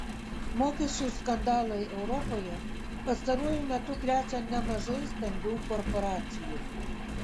mokesčių skandalai europoje pastaruoju metu krečia nemažai stambių korporacijų